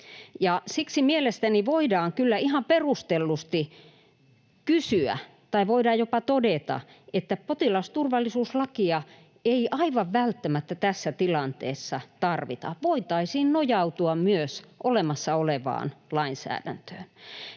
Siksi mielestäni voidaan kyllä ihan perustellusti jopa todeta, että potilasturvallisuuslakia ei aivan välttämättä tässä tilanteessa tarvita. Voitaisiin nojautua myös olemassa olevaan lainsäädäntöön.